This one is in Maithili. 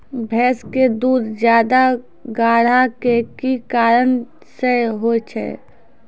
भैंस के दूध ज्यादा गाढ़ा के कि कारण से होय छै?